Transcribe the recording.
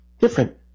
different